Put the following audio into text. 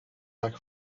like